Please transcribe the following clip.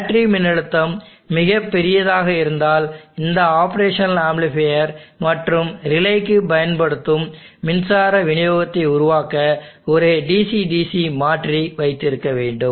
battery மின்னழுத்தம் மிகப் பெரியதாக இருந்தால் இந்த ஆப்ரேஷனல் ஆம்ப்ளிபையர் மற்றும் ரிலேக்களுக்கு பயன்படுத்தும் மின்சார விநியோகத்தை உருவாக்க ஒரு சிறிய DC DC மாற்றி வைத்திருக்க வேண்டும்